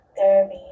Therapy